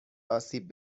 آسیب